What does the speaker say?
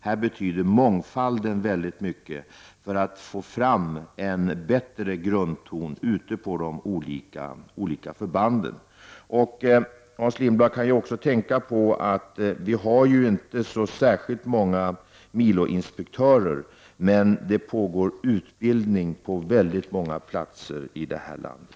Här betyder mångfalden mycket för att få fram en bättre grundton ute på de olika förbanden. Hans Lindblad kan också tänka på att vi inte har så särskilt många miloinspektörer, men det pågår utbildning på många platser i det här landet.